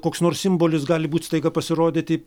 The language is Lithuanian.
koks nors simbolis gali būt staiga pasirodyti